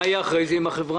מה יהיה אחרי זה עם החברה?